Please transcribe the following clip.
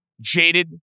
jaded